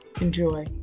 enjoy